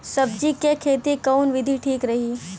सब्जी क खेती कऊन विधि ठीक रही?